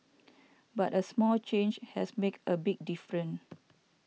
but a small change has make a big difference